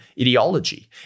ideology